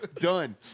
Done